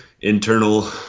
internal